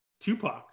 Tupac